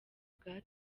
bwa